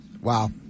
Wow